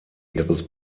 ihres